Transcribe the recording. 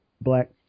black